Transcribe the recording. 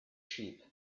sheep